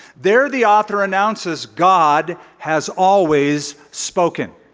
there the author announces god has always spoken.